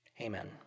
Amen